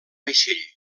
vaixell